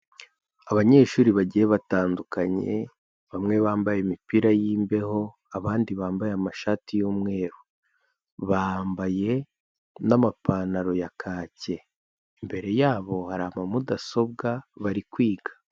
Abanyeshuri bagiye batandukanye, bamwe bambaye imipira y'imbeho, abandi bambaye amashati y'umweru, bambaye n'amapantaro ya kaki, imbere yabo hari amamudasobwa bari kwiga.